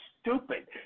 stupid